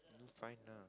need to find lah